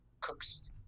cooks